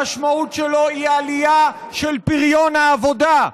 המשמעות שלו היא פריון העבודה.